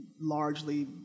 largely